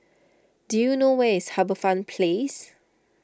do you know where is HarbourFront Place